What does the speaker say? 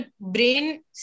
brain